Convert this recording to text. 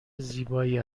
زیبایی